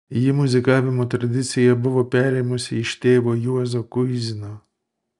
ji muzikavimo tradiciją buvo perėmusi iš tėvo juozo kuizino